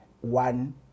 one